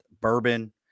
bourbon